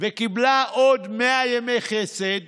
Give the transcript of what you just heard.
וקיבלה עוד 100 ימי חסד